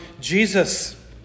Jesus